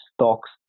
stocks